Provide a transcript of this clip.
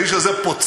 האיש הזה פוצץ